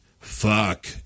fuck